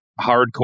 hardcore